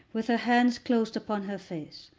with her hands closed upon her face.